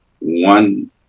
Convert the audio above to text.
one